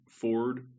Ford